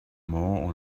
more